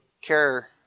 care